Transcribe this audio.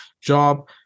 job